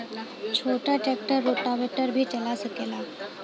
छोटा tractor rotavator भी चला सकेला?